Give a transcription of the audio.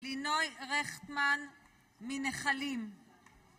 לינוי רכטמן, מנחלים